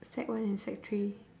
sec one and sec three